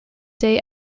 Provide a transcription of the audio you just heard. day